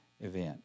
event